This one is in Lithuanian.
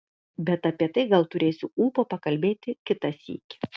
bet apie tai gal turėsiu ūpo pakalbėti kitą sykį